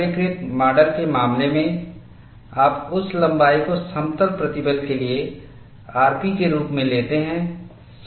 सरलीकृत माडल के मामले में आप उस लंबाई को समतल प्रतिबल के लिए rp के रूप में लेते हैं